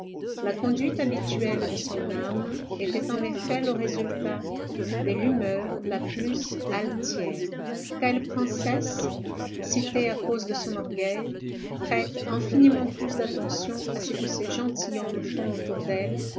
la conduite habituelle de son âme était en effet le résultat de l'humeur la plus altière telle princesse citée à cause de son orgueil prête infiniment plus d'attention à ce que ses gentilshommes font autour d'elle